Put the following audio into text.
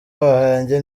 wanjye